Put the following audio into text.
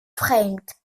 vreemd